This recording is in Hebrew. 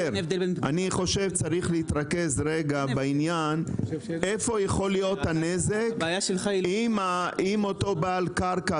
אני חושב צריך להתרכז רגע בעניין איפה יכול להיות הנזק אם אותו בעל קרקע